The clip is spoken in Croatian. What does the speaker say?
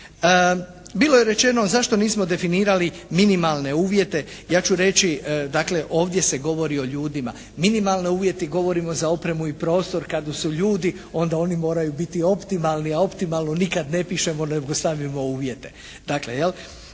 Bilo je rečeno zašto nismo definirali minimalne uvjete? Ja ću reći dakle ovdje se govori o ljudima. Minimalne uvjete govorimo za opremu i prostor. Kad su ljudi onda oni moraju biti optimalni. A optimalno nikad ne pišemo nego stavimo uvjete.